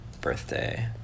birthday